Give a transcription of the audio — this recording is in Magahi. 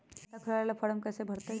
खाता खोलबाबे ला फरम कैसे भरतई?